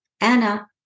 Anna